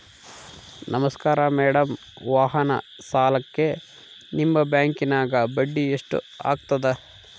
ನಮಸ್ಕಾರ ಮೇಡಂ ವಾಹನ ಸಾಲಕ್ಕೆ ನಿಮ್ಮ ಬ್ಯಾಂಕಿನ್ಯಾಗ ಬಡ್ಡಿ ಎಷ್ಟು ಆಗ್ತದ?